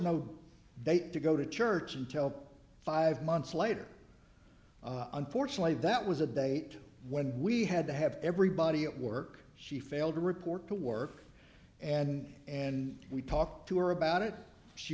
date to go to church and tell five months later unfortunately that was a date when we had to have everybody at work she failed to report to work and and we talked to her about it she